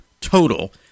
total